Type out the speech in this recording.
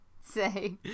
say